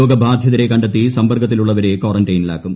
രോഗബാധിതരെ കണ്ടെത്തി സമ്പർക്കത്തിലുള്ളവരെ ക്വാറന്റൈനിലാക്കും